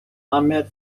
ahmed